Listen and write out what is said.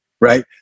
right